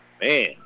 Man